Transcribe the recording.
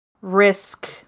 risk